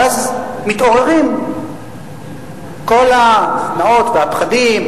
ואז מתעוררים כל השנאות והפחדים,